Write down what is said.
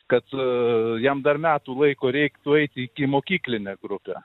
kad jam dar metų laiko reiktų eit į ikimokyklinę grupę